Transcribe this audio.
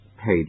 Page